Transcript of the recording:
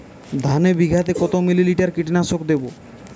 ধানে বিঘাতে কত মিলি লিটার কীটনাশক দেবো?